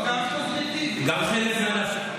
כל יתר המוגבלויות הקוגניטיביות,